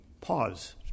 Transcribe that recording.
pause